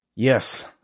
Yes